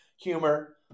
humor